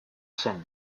zen